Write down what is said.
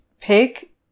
pick